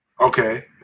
Okay